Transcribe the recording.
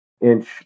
inch